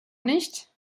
nicht